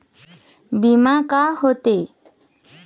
बीमा का होते?